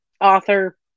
author